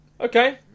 Okay